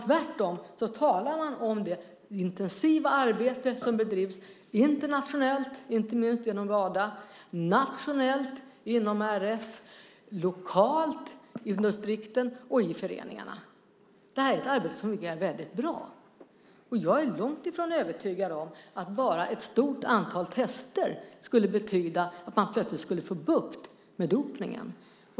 Tvärtom talar man om det intensiva arbete som bedrivs internationellt, inte minst genom Wada, och nationellt inom RF men också lokalt i distrikten och föreningarna. Det här arbetet fungerar väldigt bra. Jag är långt ifrån övertygad om att bara ett stort antal tester skulle betyda att man plötsligt fick bukt med dopningen.